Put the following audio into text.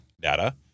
Data